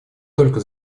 только